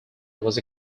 was